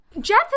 Jeff